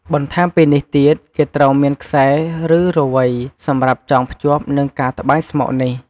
បន្ថែមពីនេះទៀត គេត្រូវមានខ្សែ ឬរវៃ សម្រាប់ចងភ្ជាប់ និងការត្បាញស្មុកនេះ។